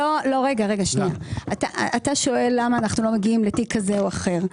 אתה שואל למה אנחנו לא מגיעים לתיק כזה או אחר.